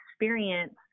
experience